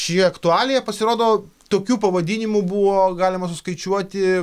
ši aktualija pasirodo tokių pavadinimų buvo galima suskaičiuoti